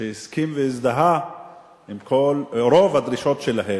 הסכים והזדהה עם רוב הדרישות שלהם.